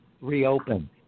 reopen